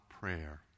prayer